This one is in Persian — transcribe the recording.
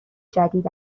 جدید